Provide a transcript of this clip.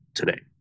today